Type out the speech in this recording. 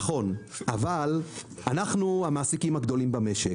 נכון, אבל אנחנו המעסיקים הגדולים במשק.